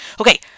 okay